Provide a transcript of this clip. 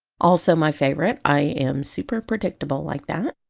also my favorite. i am super predictable like that!